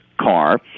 car